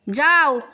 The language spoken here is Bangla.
যাও